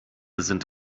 sind